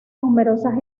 numerosas